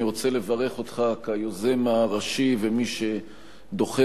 אני רוצה לברך אותך כיוזם הראשי ומי שדוחף